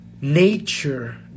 Nature